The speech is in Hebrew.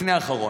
לפני אחרון,